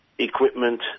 equipment